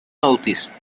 noticed